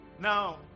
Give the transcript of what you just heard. Now